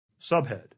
Subhead